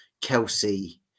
Kelsey